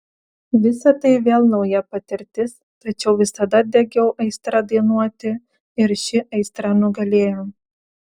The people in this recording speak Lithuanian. visa tai vėl nauja patirtis tačiau visada degiau aistra dainuoti ir ši aistra nugalėjo